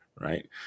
right